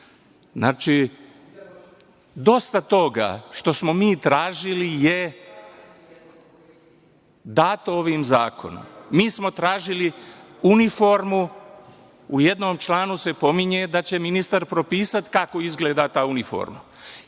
dobro. Znači, dosta toga što smo mi tražili je dato ovim zakonom. Mi smo tražili uniformu, u jednom članu se pominje da će ministar propisati kako izgleda ta uniforma.